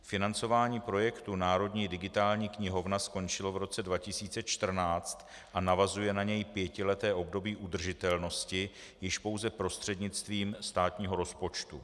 Financování projektu Národní digitální knihovna skončilo v roce 2014 a navazuje na něj pětileté období udržitelnosti již pouze prostřednictvím státního rozpočtu.